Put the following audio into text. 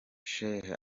sheikh